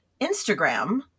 Instagram